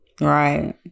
Right